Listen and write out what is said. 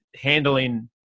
handling